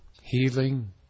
healing